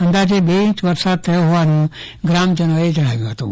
અંદાજે બે ઈંચ વરસાદ થયો હોવાનું ગ્રામજનોએ જણાવ્યું હતું